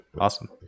Awesome